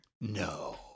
No